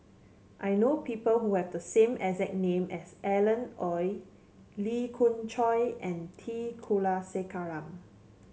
I know people who have the same exact name as Alan Oei Lee Khoon Choy and T Kulasekaram